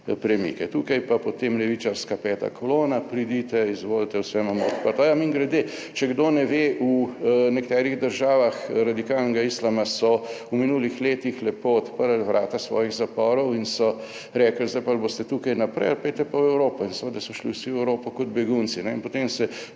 tukaj pa potem levičarska peta kolona, pridite, izvolite, vse imamo odprto. A ja, mimogrede, če kdo ne ve, v nekaterih državah radikalnega islama so v minulih letih lepo odprli vrata svojih zaporov in so rekli, zdaj pa ali boste tukaj naprej ali pojdite pa v Evropo, in seveda so šli vsi v Evropo kot begunci in potem se čudi,